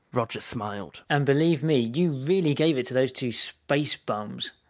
roger smiled. and believe me, you really gave it to those two space bums!